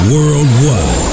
Worldwide